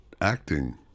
acting